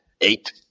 eight